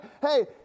Hey